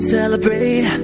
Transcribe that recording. Celebrate